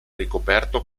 ricoperto